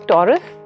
Taurus